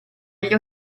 gli